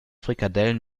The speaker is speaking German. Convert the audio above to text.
frikadellen